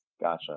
gotcha